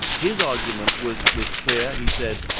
his argument was was clear. he said,